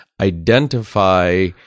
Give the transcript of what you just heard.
identify